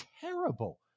terrible